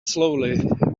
slowly